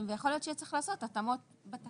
ויכול להיות שיהיה צריך לעשות התאמות בתקנות.